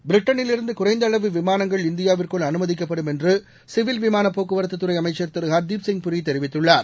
பிரிட்டனிலிருந்து குறைந்த அளவு விமானங்கள் இந்தியாவிற்குள் அனுமதிக்கப்படும் என்று சிவில் விமானப் போக்குவரத்துத் துறை அமைச்சர் திரு ஹர்தீப்சிங் பூரி தெரிவித்துள்ளார்